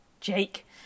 Jake